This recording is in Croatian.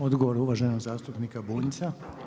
Odgovor uvaženog zastupnika Bunjca.